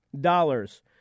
dollars